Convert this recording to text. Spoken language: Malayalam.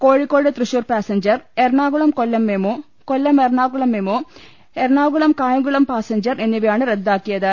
Kozhikode Thrissur passenger Ernakulam Kollam MEMU Kollam Ernakulam MEMU Ernakulam Kayamkulam Kayamkulam Ernakulam passenger എന്നിവയാണ് റദ്ദാക്കിയത്